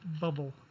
Bubble